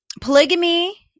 polygamy